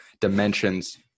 dimensions